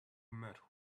met